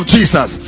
Jesus